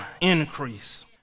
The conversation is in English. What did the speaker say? increase